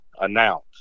announce